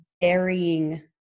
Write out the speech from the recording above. burying